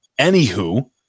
anywho